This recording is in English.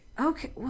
Okay